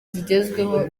zigezweho